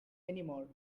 anymore